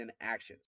actions